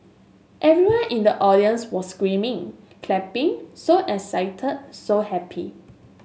everyone in the audience was screaming clapping so excited so happy